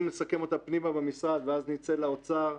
לסכם אותה פנימה במשרד ואז נצא לאוצר,